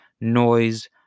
noise